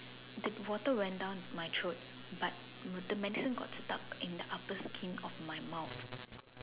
the water went down my throat but the medicine got stuck in the upper skin of my mouth